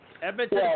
Edmonton